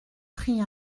prit